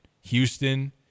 Houston